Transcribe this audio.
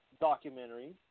documentary